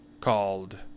called